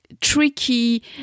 tricky